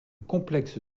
complexe